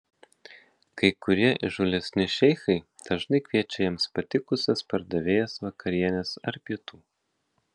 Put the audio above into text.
kai kurie įžūlesni šeichai dažnai kviečia jiems patikusias pardavėjas vakarienės ar pietų